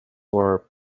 were